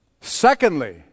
Secondly